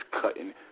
cutting